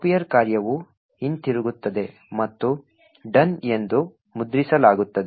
copier ಕಾರ್ಯವು ಹಿಂತಿರುಗುತ್ತದೆ ಮತ್ತು "done" ಎಂದು ಮುದ್ರಿಸಲಾಗುತ್ತದೆ